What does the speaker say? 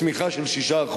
צמיחה של 6%,